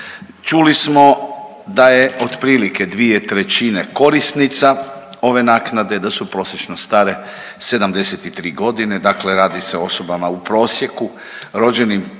Čuli smo da je otprilike 2/3 korisnica ove naknade, da su prosječno stare 73 godine, dakle radi se o osobama u prosjeku rođenim